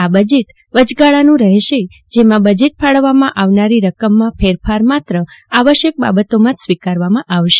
આ બજેટ વચગાળાનું રફેશે જેમાં બજેટ ફાળવવામાં આવનારી રકમમાં ફેરફાર માત્ર આવશ્યક બાબતોમાં જ સ્વીકારવામાં આવશે